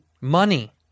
money